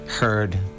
heard